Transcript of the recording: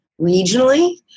regionally